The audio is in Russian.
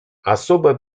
особая